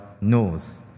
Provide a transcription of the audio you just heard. knows